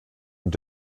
und